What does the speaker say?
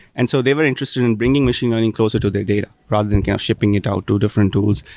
and so they were interested in bringing machine learning closer to their data rather than kind of shipping it out to different tools.